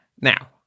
Now